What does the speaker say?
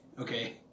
Okay